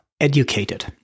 educated